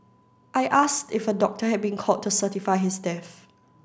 I asked if a doctor had been called to certify his death